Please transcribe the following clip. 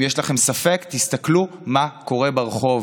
אם יש לכם ספק, תסתכלו מה קורה ברחוב.